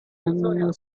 and